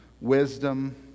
wisdom